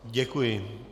Děkuji.